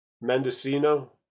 Mendocino